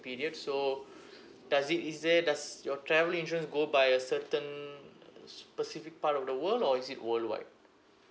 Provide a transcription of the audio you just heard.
period so does it is there does your travel insurance go by a certain err specific part of the world or is it worldwide